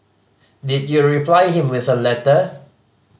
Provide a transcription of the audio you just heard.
did you reply him with a letter